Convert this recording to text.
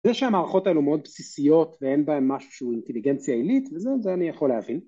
זה שהמערכות האלו מאוד בסיסיות ואין בהן משהו שהוא אינטליגנציה עילית וזה אני יכול להבין